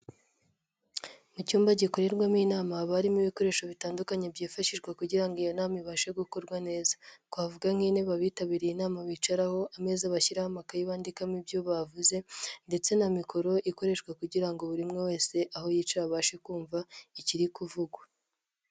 Mu cyumba gikorerwamo inama haba harimo ibikoresho bitandukanye byifashishwa kugira ngo iyo nama ibashe gukorwa neza, twavuga nk'intebe abitabiriye inama bicaraho, ameza bashyiraho amakaye bandikamo ibyo bavuze ndetse na mikoro ikoreshwa kugira ngo buri umwe wese aho yicaye abashe kumva ikiri kuvugwa.